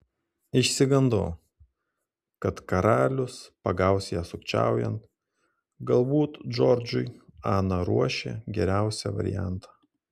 išsigandau kad karalius pagaus ją sukčiaujant galbūt džordžui ana ruošė geriausią variantą